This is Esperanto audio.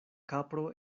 kapro